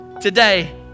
Today